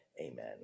amen